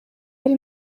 hari